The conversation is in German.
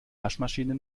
waschmaschine